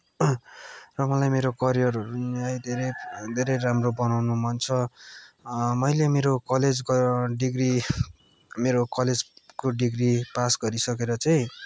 र मलाई मेरो परिवारहरू नि है धेरै धेरै राम्रो बनाउनु मन छ मैले मेरो कलेजको डिग्री मेरो कलेजको डिग्री पास गरिसकेर चाहिँ